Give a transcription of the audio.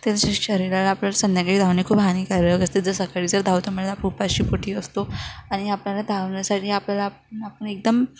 त्या शरीराला आपल्याला संध्याकाळी धावणे खूप हानीकारक असते जर सकाळी जर धावतो मला उपाशी पोटी असतो आणि आपल्याला धावण्यासाठी आपल्याला आपण आपण एकदम